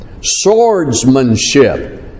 Swordsmanship